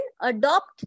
adopt